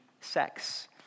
sex